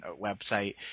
website